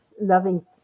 loving